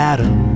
Adam